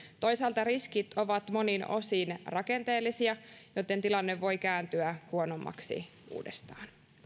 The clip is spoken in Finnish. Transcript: toisaalta riskit ovat monin osin rakenteellisia joten tilanne voi kääntyä huonommaksi uudestaan